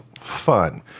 fun